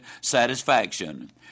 satisfaction